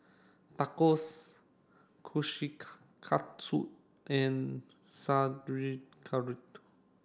Tacos and